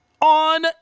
on